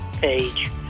page